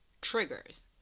triggers